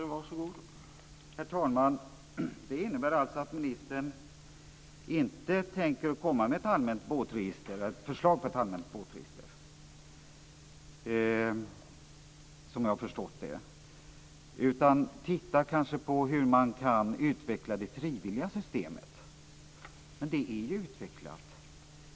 Herr talman! Såvitt jag förstår innebär detta att ministern inte tänker lägga fram ett förslag till ett allmänt båtregister utan kanske kommer att titta på hur man kan utveckla det frivilliga systemet, men det systemet är ju utvecklat.